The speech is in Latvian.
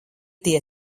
tie